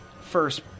first